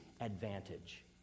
advantage